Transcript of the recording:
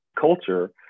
culture